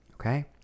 Okay